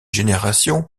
génération